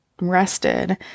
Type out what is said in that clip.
rested